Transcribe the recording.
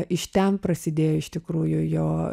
iš ten prasidėjo iš tikrųjų jo